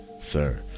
sir